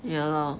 ya lor